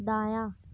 دایاں